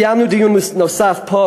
קיימנו דיון נוסף פה,